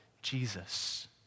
Jesus